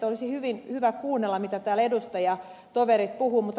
olisi hyvä kuunnella mitä täällä edustajatoverit puhuvat